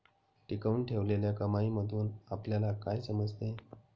टिकवून ठेवलेल्या कमाईमधून आपल्याला काय समजते?